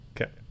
okay